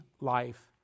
life